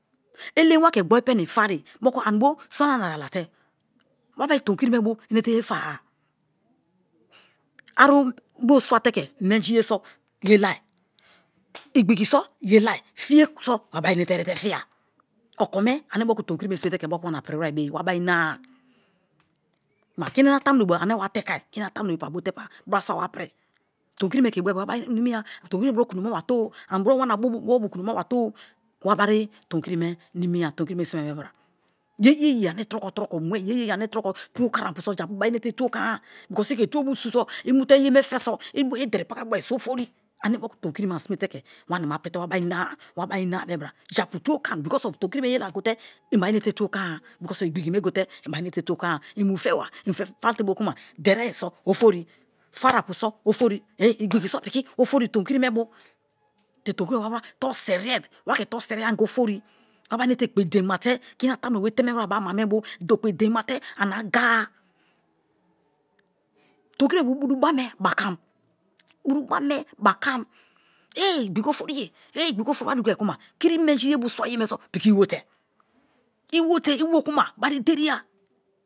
Elem wa ke gberi peni fane moku ani bo sona naira late wabari tonkiri me bo inete ye fa-a. Aru bo swate ke menji ye so ye lai, igbigi so ye lai, fiye so wabari inete fiya. Okome ane moku tomikiri me sime te ke wana piri were ye wabari ina-a kuma kini yana tamunobe pa bote brasua wa piri tomikiri me ke boe bra wabari nimiya tomikiri me buro kuloma wa to-o ani bro wana bubu, bo bio kulo maba to-o. wabari tomikiri me nimiya tomikiri me simeribe bra. Yeye ye ane troko troko, Yeye ye ane troko tuwo koin troko apu so japu bai inete tuwo kon-a because i ke tuwo bio su so i mu te ye me fe so i deri pakam boe so ofori me moku tomikiri me ani sime te wani ma prite wabari ina-a bebra japu tuwo koin because of tomikiri me ye lai gote i bia inete tuwo kon-a because igbigi me gote i bai inete tuwo kon-a i mu feba i fefam te bokuma derie ye so ofori, farapu so ofori igbigi so piki ofori tomikiri me bo te tomikiri me bo wa toruserie, wa ke toruseriya anga ofori wabari ekpe deinmate kiniyana tamuno be ma te ani anga-a tomikiri me bo buru ba me bakam buru ba me bakam ehh igbigi ofori ye ehh igbigi ofori wa dugai kuma kiri menji bo swaye so piki iwo te, iwote piki iwokuma bari ideriya.